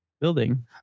building